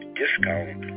discount